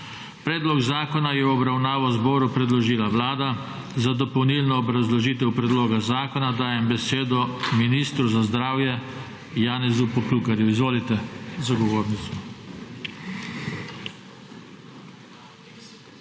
Predlog zakona je v obravnavo zboru predložila Vlada. Za dopolnilno obrazložitev predloga zakona dajem besedo ministru za zdravje Janezu Poklukarju. Izvolite za govornico.